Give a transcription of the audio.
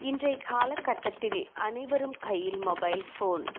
இன்றைய காலகட்டத்தில் அனைவரும் கையில் மொபைல் ஃபோன்